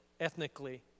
ethnically